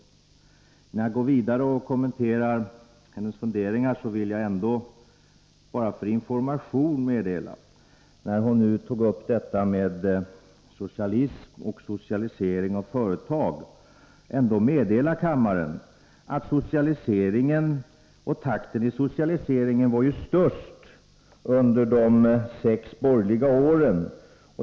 Innan jag går vidare och kommenterar Margit Gennsers funderingar, vill jag — eftersom hon nu tog upp socialism och socialisering av företag — bara som information meddela kammaren att socialiseringstakten var högst under de sex borgerliga åren.